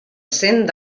cent